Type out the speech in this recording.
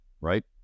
right